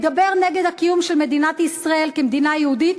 מדבר נגד הקיום של מדינת ישראל כמדינה יהודית,